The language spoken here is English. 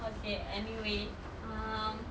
okay anyway um